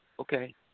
Okay